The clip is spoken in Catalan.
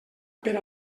per